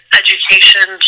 education